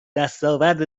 دستاورد